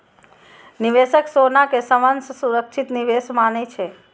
निवेशक सोना कें सबसं सुरक्षित निवेश मानै छै